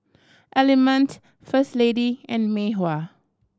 Element First Lady and Mei Hua